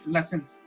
Lessons